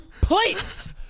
plates